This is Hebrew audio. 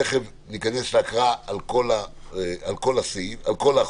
תכף ניכנס להקראה של כל החוק,